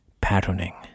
patterning